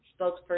spokesperson